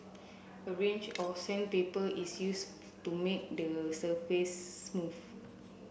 a range of sandpaper is used to make the surface smooth